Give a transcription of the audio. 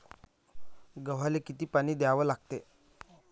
गव्हाले किती पानी वलवा लागते?